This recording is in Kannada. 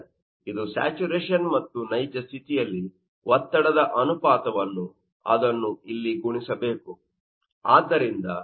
ಇದು ಸ್ಯಾಚುರೇಶನ್ ಮತ್ತು ನೈಜ ಸ್ಥಿತಿಯಲ್ಲಿ ಒತ್ತಡದ ಅನುಪಾತವನ್ನು ಅದನ್ನು ಇಲ್ಲಿ ಗುಣಿಸಬೇಕು